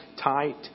tight